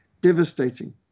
devastating